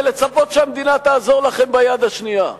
ולצפות שהמדינה תעזור לכם ביד השנייה?